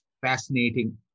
Fascinating